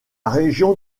région